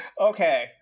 Okay